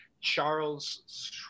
Charles